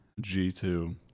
G2